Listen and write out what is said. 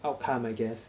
outcome I guess